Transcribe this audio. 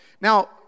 Now